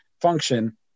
function